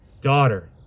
daughter